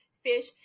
fish